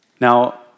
Now